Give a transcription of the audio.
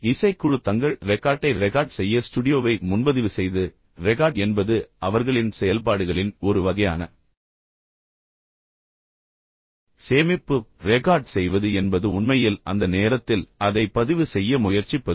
இசைக்குழு தங்கள் ரெக்கார்டை ரெகார்ட் செய்ய ஸ்டுடியோவை முன்பதிவு செய்தது ரெகார்ட் என்பது அவர்களின் செயல்பாடுகளின் ஒரு வகையான சேமிப்பு ரெகார்ட் செய்வது என்பது உண்மையில் அந்த நேரத்தில் அதை பதிவு செய்ய முயற்சிப்பது